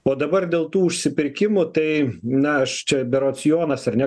o dabar dėl tų užsipirkimų tai na aš čia berods jonas ar ne